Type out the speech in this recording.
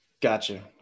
Gotcha